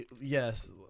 Yes